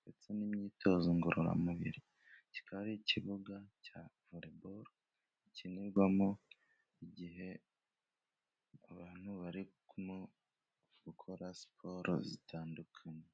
ndetse n'imyitozo ngororamubiri, kikaba ari ikibuga cya volebolo, gikinirwamo igihe abantu barimo gukora siporo zitandukanye.